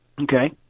Okay